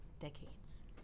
decades